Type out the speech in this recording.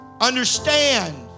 Understand